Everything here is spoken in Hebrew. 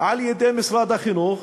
על-ידי משרד החינוך,